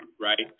right